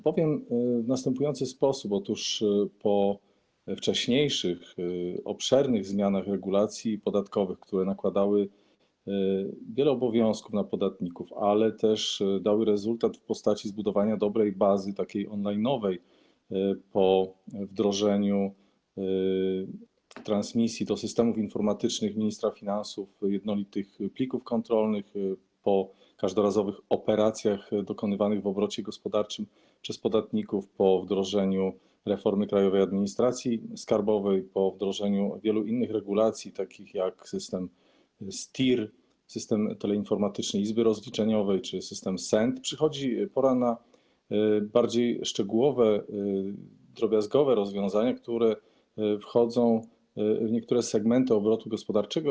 Powiem w następujący sposób: po wcześniejszych obszernych zmianach regulacji podatkowych, które nakładały na podatników wiele obowiązków, ale też dały rezultat w postaci zbudowania dobrej bazy on-line, po wdrożeniu transmisji do systemów informatycznych ministra finansów jednolitych plików kontrolnych po każdorazowych operacjach dokonywanych w obrocie gospodarczym przez podatników, po wdrożeniu reformy Krajowej Administracji Skarbowej, po wdrożeniu wielu innych regulacji, takich jak system STIR, system teleinformatyczny izby rozliczeniowej, czy system SENT, przychodzi pora na bardziej szczegółowe, drobiazgowe rozwiązania, które wchodzą w niektóre segmenty obrotu gospodarczego.